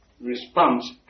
response